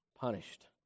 punished